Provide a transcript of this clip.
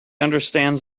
understands